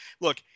Look